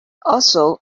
also